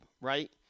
right